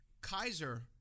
Kaiser